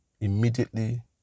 immediately